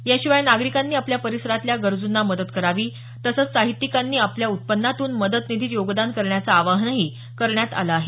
याशिवाय नागरिकांनी आपल्या परिसरातल्या गरजूंना मदत करावी तसंच साहित्यिकांनी आपल्या उत्पन्नातून मदत निधीत योगदान करण्याचं आवाहनही करण्यात आलं आहे